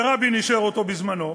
שרבין אישר אותו בזמנו,